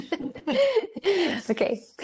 Okay